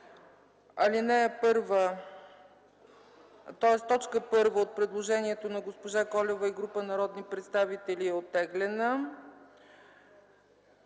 гласуване. Точка 1 от предложението на госпожа Колева и група народни представители е оттеглена.